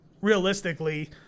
realistically